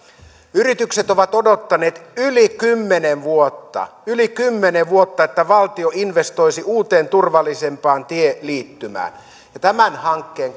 yritykset ovat odottaneet yli kymmenen vuotta yli kymmenen vuotta että valtio investoisi uuteen turvallisempaan tieliittymään tämän hankkeen